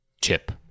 chip